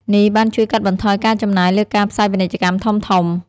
នេះបានជួយកាត់បន្ថយការចំណាយលើការផ្សាយពាណិជ្ជកម្មធំៗ។